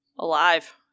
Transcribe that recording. Alive